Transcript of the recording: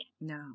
No